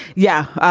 yeah.